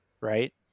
Right